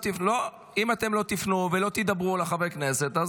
אם אתם לא תפנו ולא תדברו לחבר הכנסת,